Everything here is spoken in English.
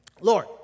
Lord